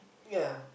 yeah